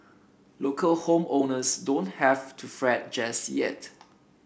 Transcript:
local home owners don't have to fret just yet